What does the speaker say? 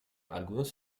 algunos